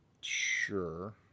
Sure